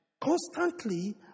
constantly